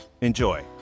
enjoy